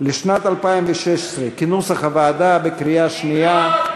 לשנת 2016, כנוסח הוועדה, בקריאה שנייה.